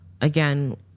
again